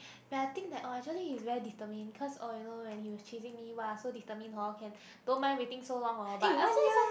when I think that orh actually he's very determined cause oh you know when he was chasing me !wah! so determined hor can don't mind waiting so long hor but after that subs~